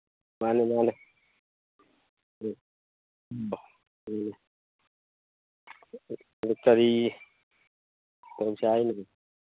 ꯃꯥꯅꯦ ꯃꯥꯅꯦ ꯎꯝ ꯀꯔꯤ ꯇꯧꯁꯦ ꯍꯥꯏꯅꯣ